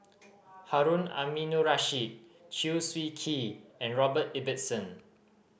Harun Aminurrashid Chew Swee Kee and Robert Ibbetson